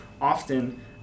often